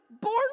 born